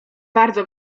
bardzo